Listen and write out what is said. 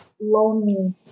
lonely